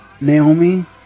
Naomi